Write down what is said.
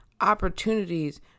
opportunities